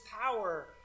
power